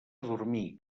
dormir